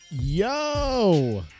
Yo